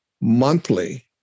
monthly